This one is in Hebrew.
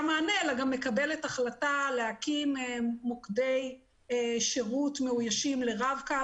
מענה אלא גם מקבלת החלטה להקים מוקדי שירות מאוישים לרב-קו.